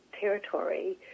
territory